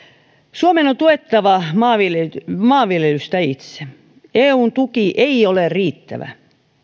suomen on tuettava maanviljelystä itse eun tuki ei ole riittävä